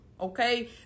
okay